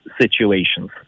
situations